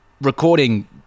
recording